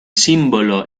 símbolo